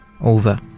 over